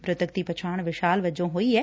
ਮਿਤਕ ਦੀ ਪਛਾਣ ਵਿਸ਼ਾਲ ਵਜੋਂ ਹੋਈ ਏ